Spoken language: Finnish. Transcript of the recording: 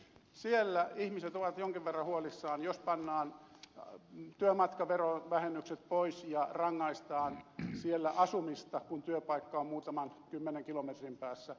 siellä ihmiset ovat jonkin verran huolissaan jos pannaan työmatkaverovähennykset pois ja rangaistaan siellä asumista kun työpaikka on muutaman kymmenen kilometrin päässä